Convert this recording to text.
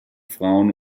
frauen